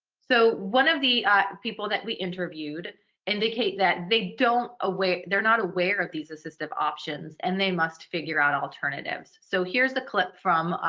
so one of the people that we interviewed indicate that they don't aware they're not aware of these assistive options, and they must figure out alternatives. so here's a clip from